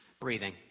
breathing